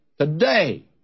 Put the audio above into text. today